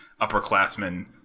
upperclassmen